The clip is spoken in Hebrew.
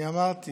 אני אמרתי